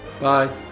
Bye